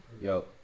Yo